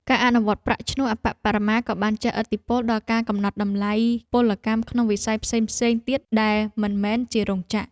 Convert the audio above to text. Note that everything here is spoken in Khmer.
ការអនុវត្តប្រាក់ឈ្នួលអប្បបរមាក៏បានជះឥទ្ធិពលដល់ការកំណត់តម្លៃពលកម្មក្នុងវិស័យផ្សេងៗទៀតដែលមិនមែនជារោងចក្រ។